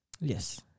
Yes